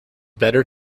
better